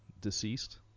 deceased